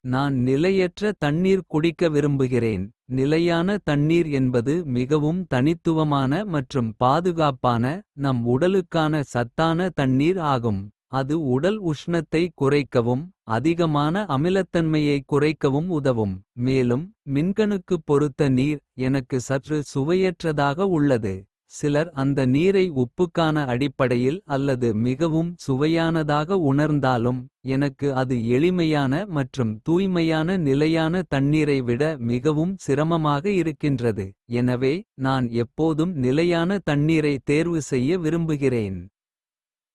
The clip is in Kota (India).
நான் நிலையற்ற தண்ணீர் குடிக்க விரும்புகிறேன். நிலையான தண்ணீர் என்பது மிகவும் தனித்துவமான. மற்றும் பாதுகாப்பான நம் உடலுக்கான சத்தான தண்ணீர் ஆகும். அது உடல் உஷ்ணத்தை குறைக்கவும். அதிகமான அமிலத்தன்மையைக் குறைக்கவும் உதவும். மேலும் மின்கணுக்குப் பொறுத்த நீர் எனக்கு சற்று. சுவையற்றதாக உள்ளது சிலர் அந்த நீரை உப்புக்கான. அடிப்படையில் அல்லது மிகவும் சுவையானதாக உணர்ந்தாலும். எனக்கு அது எளிமையான மற்றும் தூய்மையான. நிலையான தண்ணீரை விட மிகவும் சிரமமாக இருக்கின்றது. எனவே நான் எப்போதும் நிலையான தண்ணீரை தேர்வு செய்ய விரும்புகிறேன்.